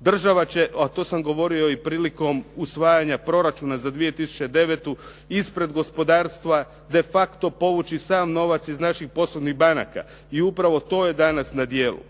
Država će, a to sam govorio i prilikom usvajanja proračuna za 2009. ispred gospodarstva de facto povući sav novac iz naših poslovnih banaka. I upravo to je danas na djelu.